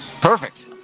Perfect